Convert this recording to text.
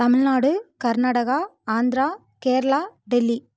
Tamil Nadu Karnataka Andhra Kerala Delhi